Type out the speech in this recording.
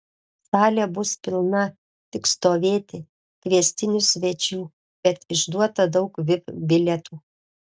salė bus pilna tik stovėti kviestinių svečių bet išduota daug vip bilietų